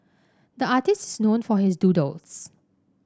the artist is known for his doodles